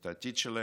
את העתיד שלהם,